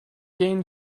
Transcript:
gain